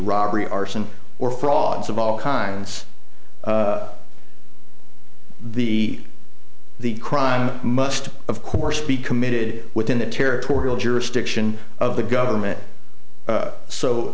robbery arson or frauds of all kinds the the crime must of course be committed within the territorial jurisdiction of the government